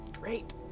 Great